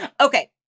Okay